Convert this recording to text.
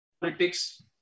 politics